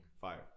Fire